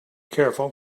careful